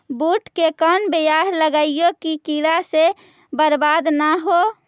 बुंट के कौन बियाह लगइयै कि कीड़ा से बरबाद न हो?